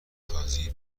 تازگی